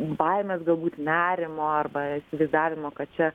baimės galbūt nerimo arba įsivaizdavimo kad čia